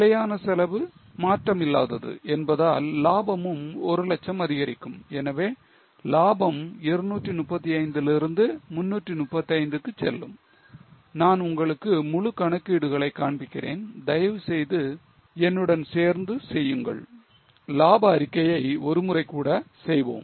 நிலையான செலவு மாற்றம் இல்லாதது என்பதால் லாபமும் 100000 அதிகரிக்கும் எனவே லாபம் 235 இதிலிருந்து 335 க்கு செல்லும் நான் உங்களுக்கு முழு கணக்கீடுகளை காண்பிக்கிறேன் தயவு செய்து என்னுடன் சேர்ந்து செய்யுங்கள் லாப அறிக்கையை ஒரு முறை கூட செய்வோம்